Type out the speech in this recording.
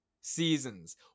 seasons